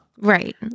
Right